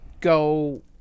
go